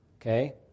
Okay